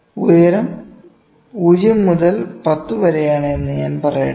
ഉയരം 0 മുതൽ 10 വരെയാണെന്ന് ഞാൻ പറയട്ടെ